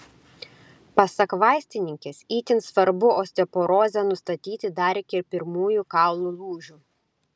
pasak vaistininkės itin svarbu osteoporozę nustatyti dar iki pirmųjų kaulų lūžių